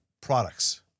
products